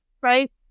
right